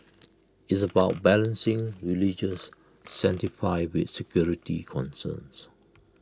it's about balancing religious with security concerns